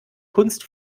kunst